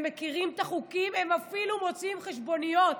הם מכירים את החוקים, הם אפילו מוציאים חשבוניות.